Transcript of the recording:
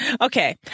Okay